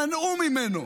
מנעו ממנו.